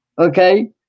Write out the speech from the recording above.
Okay